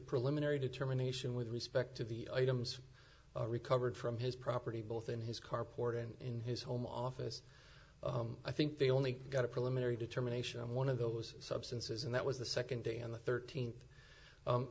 preliminary determination with respect to the items recovered from his property both in his carport in his home office i think he only got a preliminary determination on one of those substances and that was the second day on the thirteenth